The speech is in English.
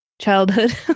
childhood